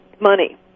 money